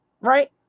right